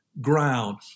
ground